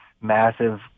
massive